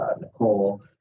Nicole